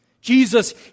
Jesus